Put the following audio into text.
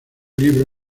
libro